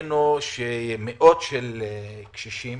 מאות קשישים